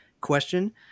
question